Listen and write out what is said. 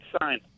sign